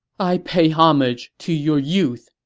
i pay homage to your youth,